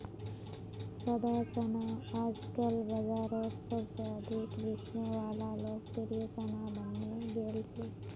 सादा चना आजकल बाजारोत सबसे अधिक बिकने वला लोकप्रिय चना बनने गेल छे